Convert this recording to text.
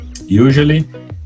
Usually